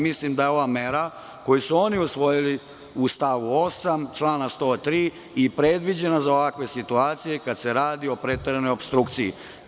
Mislim da je ova mera koju su oni usvojili u stavu 8. člana 103. i predviđena za ovakve situacije kada se radi o preteranoj opstrukciji.